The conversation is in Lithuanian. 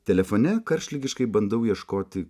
telefone karštligiškai bandau ieškoti